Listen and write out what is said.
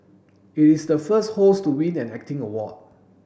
it is the first host to win an acting award